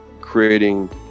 creating